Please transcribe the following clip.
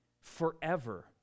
forever